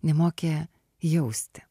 nemokė jausti